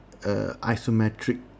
isometric